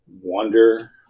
wonder